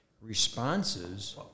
responses